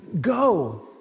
Go